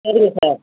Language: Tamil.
சரிங்க சார்